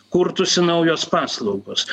kurtųsi naujos paslaugos